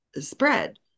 spread